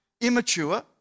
immature